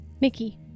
Mickey